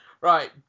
right